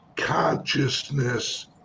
consciousness